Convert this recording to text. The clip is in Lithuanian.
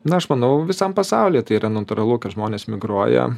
na aš manau visam pasaulyje tai yra natūralu kad žmonės migruoja